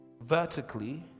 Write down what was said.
vertically